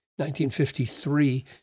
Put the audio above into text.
1953